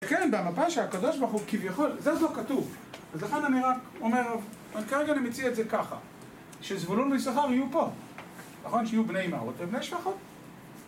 כן, במפה שהקב״ה הוא כביכול, זה זו כתוב. לכן אני רק אומר, כרגע אני מציע את זה ככה. שזבולון וישככר יהיו פה. נכון? שיהיו בני מרות ובני שחר.